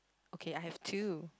okay I have two